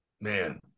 Man